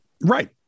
Right